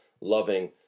loving